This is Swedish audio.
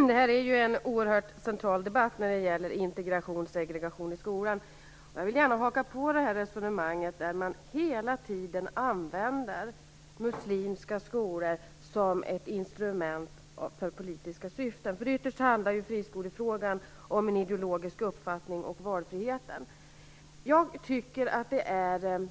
Fru talman! Detta är en oerhört central debatt när det gäller integration och segregation i skolan. Jag vill gärna haka på resonemanget. Man använder hela tiden muslimska skolor som ett instrument för politiska syften. Ytterst handlar ju friskolefrågan om en ideologisk uppfattning och valfriheten. Jag tycker att det är